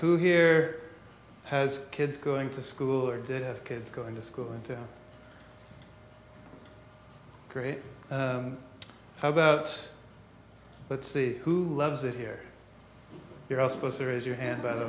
who here has kids going to school or did have kids going to school going to great how about let's see who loves it here you're all supposed to raise your hand by the